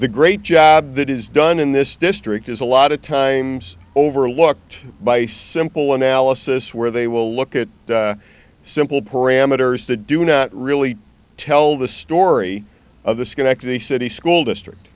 the great job that is done in this district is a lot of times overlooked by a simple analysis where they will look at simple parameters to do not really tell the story of the schenectady city school district